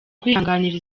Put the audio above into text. kwihanganira